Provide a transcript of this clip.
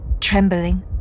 trembling